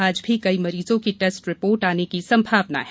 आज भी कई मरीजों की टैस्ट रिपोर्ट आने की संभावना है